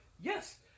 yes